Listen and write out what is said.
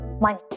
money